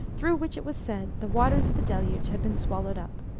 through which it was said the waters of the deluge had been swallowed up.